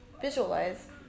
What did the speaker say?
visualize